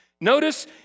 Notice